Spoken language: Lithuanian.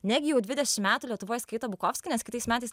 negi jau dvidešim metų lietuvoj skaito bukovskį nes kitais metais